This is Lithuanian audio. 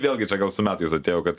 vėlgi čia gal su metais atėjo kad